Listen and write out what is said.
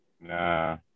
Nah